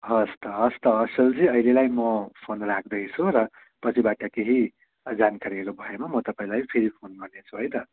हस् त हस् त असलजी अहिलेलाई म फोन राख्दैछु र पछिबाट केही जानकारीहरू भएमा म तपाईँलाई फेरि फोन गर्नेछु है त